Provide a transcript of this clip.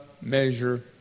measure